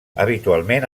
habitualment